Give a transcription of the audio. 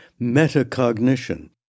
metacognition